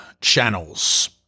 channels